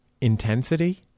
intensity